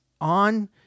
on